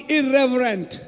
irreverent